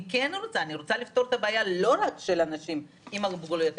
אני רוצה לפתור את הבעיה לא רק של אנשים עם מוגבלות,